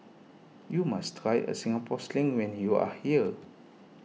you must try a Singapore Sling when you are here